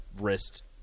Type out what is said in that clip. wrist